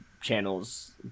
channels